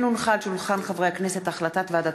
מאת חבר הכנסת ינון מגל,